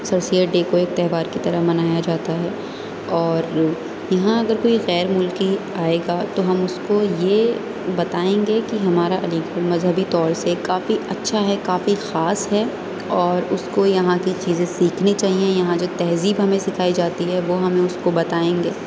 سر Syed day کو ایک تہوار کی طرح منایا جاتا ہے اور یہاں اگر کوئی غیر ملکی آئے گا تو ہم اس کو یہ بتائیں گے کہ ہمارا علی گڑھ مذہبی طور سے کافی اچھا ہے کافی خاص ہے اور اس کو یہاں کے چیزیں سیکھنی چاہیے یہاں جو تہذیب ہمیں سکھائی جاتی ہے وہ ہمیں اس کو بتائیں گے